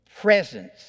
presence